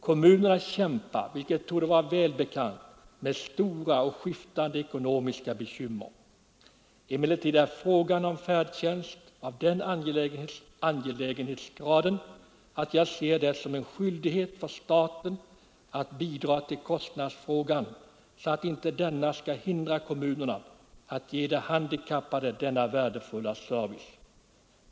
Kommunerna kämpar — vilket torde vara välbekant — med stora och skiftande ekonomiska bekymmer. Emellertid är en väl fungerande färdtjänst av den angelägenhetsgraden att jag ser det som en skyldighet för staten att bidra till kostnaderna, så att inte hänsyn till kostnaderna skall hindra kommunerna att ge de handikappade denna värdefulla service.